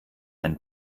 ein